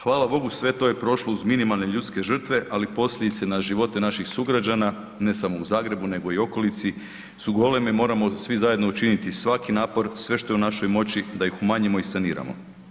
Hvala Bogu sve to je prošlo uz minimalne ljudske žrtve, ali posljedice na živote naših sugrađana, ne samo u Zagrebu nego i u okolici su goleme, moramo svi zajedno učiniti svaki napor, sve što je u našoj moći da ih umanjimo i saniramo.